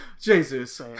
jesus